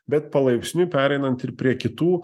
bet palaipsniui pereinant ir prie kitų